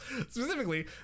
specifically